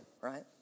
right